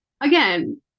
again